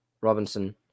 Robinson